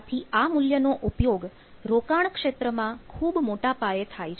આથી આ મૂલ્યનો ઉપયોગ રોકાણ ક્ષેત્ર માં ખૂબ મોટાપાયે થાય છે